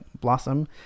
blossom